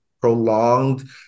prolonged